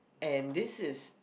and this is